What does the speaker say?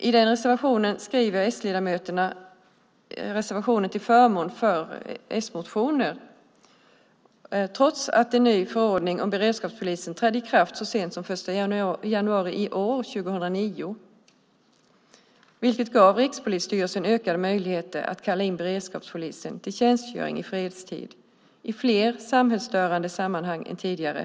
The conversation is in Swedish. I reservationen skriver ledamöterna till förmån för en s-motion trots att en ny förordning om beredskapspolisen trädde i kraft så sent som i år, den 1 januari 2009. Det gav Rikspolisstyrelsen ökade möjligheter att kalla in beredskapspolisen till tjänstgöring i fredstid i fler samhällsstörande sammanhang än tidigare.